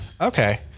Okay